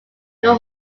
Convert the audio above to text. near